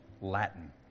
Latin